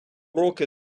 роки